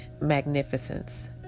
magnificence